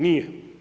Nije.